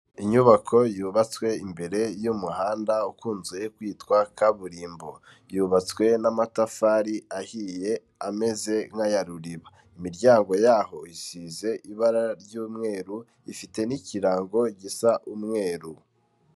Inyubako yubatswe imbere y'umuhanda ukunze kwitwa kaburimbo. Yubatswe n'amatafari ahiye ameze nk'aya ruriba. Imiryango yaho isize ibara ry'umweru, ifite n'ikirango gisa umweru.